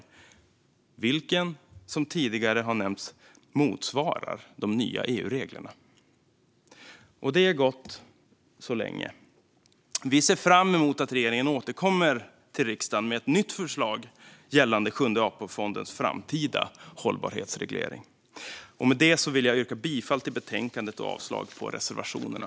Den motsvarar, som tidigare har nämnts, de nya EU-reglerna. Det är gott så, så länge. Vi ser fram emot att regeringen återkommer till riksdagen med ett nytt förslag gällande Sjunde AP-fondens framtida hållbarhetsredovisning. Med det vill jag yrka bifall till utskottets förslag i betänkandet och avslag på reservationerna.